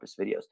videos